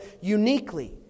uniquely